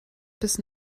bis